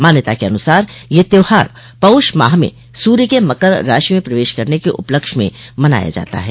मान्यता के अनुसार यह त्योहार पौष माह में सूर्य के मकर राशि में प्रवेश करने के उपलक्ष्य में मनाया जाता है